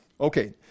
Okay